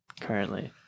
currently